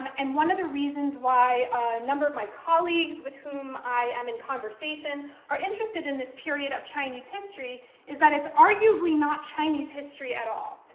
and one of the reasons why a number of my colleagues with whom i am in conversation are interested in this period of chinese history is that it's arguably not chinese history at all.